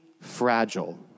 fragile